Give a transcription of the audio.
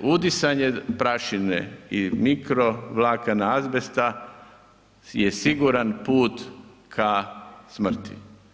udisanje prašine i mikro vlakana azbesta je siguran put ka smrti.